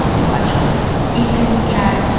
my pod children. ethan, cat,